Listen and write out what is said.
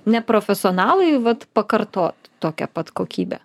neprofesionalui vat pakartot tokią pat kokybę